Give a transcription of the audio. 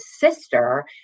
sister